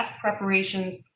preparations